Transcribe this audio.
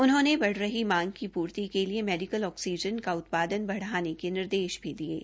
उन्होंने बढ़ रही मांग को पूर्ति के लिए मेडिकल ऑकफ्रीजन का उत्पादन बढ़ाने के निर्देश भी दिये है